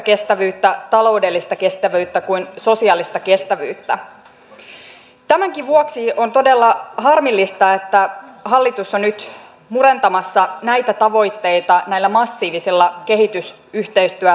muun muassa energian pientuotantoon liittyvät uusiutuvan energian tukijärjestelmän kehittämiseen liittyvät samoin kuin energian ja sähkön huoltovarmuuteen liittyvät kysymykset ovat aivan tämän strategian valmistelun ja laatimisen keskiössä